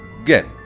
Again